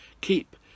keep